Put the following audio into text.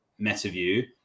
MetaView